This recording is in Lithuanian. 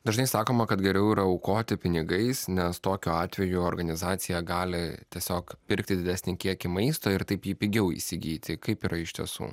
dažnai sakoma kad geriau yra aukoti pinigais nes tokiu atveju organizacija gali tiesiog pirkti didesnį kiekį maisto ir taip jį pigiau įsigyti kaip yra iš tiesų